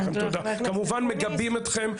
אנחנו כמובן מגבים אתכם,